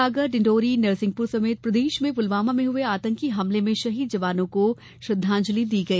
सागर डिंडौरी नरसिंहपुर समेत पूरी प्रदेश में पुलवामा में हुये आतंकी हमले में शहीद जवानों को श्रद्वांजलि दी गई